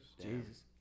Jesus